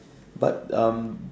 but